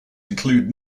include